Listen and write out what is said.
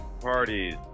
parties